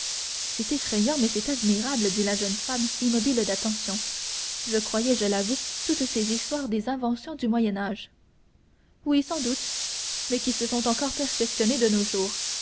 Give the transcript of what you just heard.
c'est effrayant mais c'est admirable dit la jeune femme immobile d'attention je croyais je l'avoue toutes ces histoires des inventions du moyen âge oui sans doute mais qui se sont encore perfectionnées de nos jours